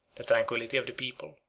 the tranquillity of the people,